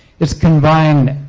it's confined